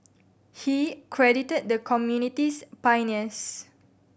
he credited the community's pioneers